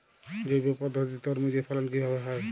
জৈব পদ্ধতিতে তরমুজের ফলন কিভাবে হয়?